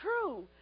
true